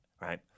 right